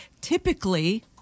typically